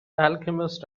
alchemist